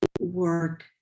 work